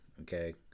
Okay